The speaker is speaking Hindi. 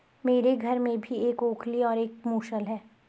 मेरे घर में भी एक ओखली और एक मूसल है